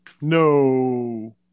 No